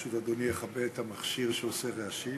אני רק אכבה את המכשיר שעושה רעשים.